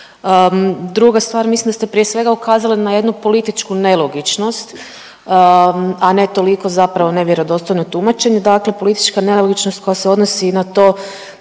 Druga stvar, mislim da ste prije svega ukazali na jednu političku nelogičnost, a ne toliko zapravo nevjerodostojno tumačenje. Dakle, politička nelogičnost koja se odnosi na to